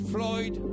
Floyd